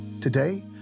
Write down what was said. Today